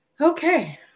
Okay